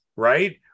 Right